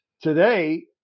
today